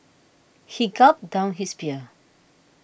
he gulped down his beer